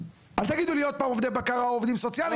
אל תגידו לי עוד פעם עובדי בקרה או עובדים סוציאליים,